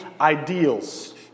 ideals